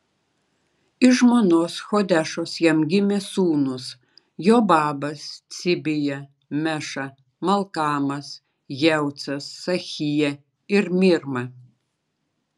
iš žmonos hodešos jam gimė sūnūs jobabas cibija meša malkamas jeucas sachija ir mirma